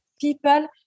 people